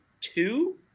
two